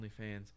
OnlyFans